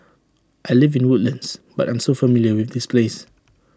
I live in Woodlands but I'm so familiar with this place